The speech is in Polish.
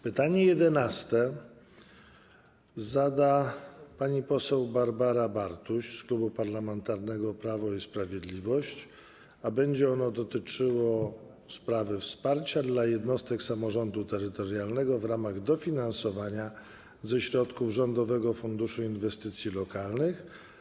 Pytanie nr 11 zada pani poseł Barbara Bartuś z Klubu Parlamentarnego Prawo i Sprawiedliwość, a będzie ono dotyczyło sprawy wsparcia dla jednostek samorządu terytorialnego w ramach dofinansowania ze środków Rządowego Funduszu Inwestycji Lokalnych.